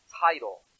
title